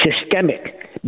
Systemic